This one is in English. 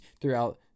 throughout